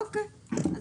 אוקי.